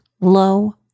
low